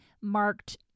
marked